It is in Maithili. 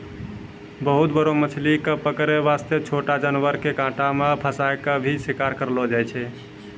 बहुत बड़ो मछली कॅ पकड़ै वास्तॅ छोटो जानवर के कांटा मॅ फंसाय क भी शिकार करलो जाय छै